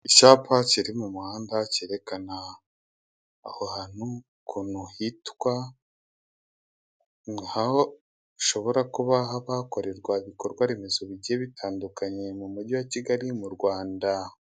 Icyapa kiri mu muhanda, cyerekana aho hantu ukuntu hitwa, ni nk'aho hashobora kuba haba hakorerwa ibikorwaremezo bigiye bitandukanye mu Mujyi wa Kigali, mu Rwanda.